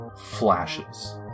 flashes